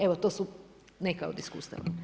Evo to su neka od iskustava.